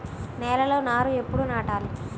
నేలలో నారు ఎప్పుడు నాటాలి?